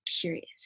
curious